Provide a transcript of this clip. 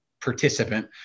participant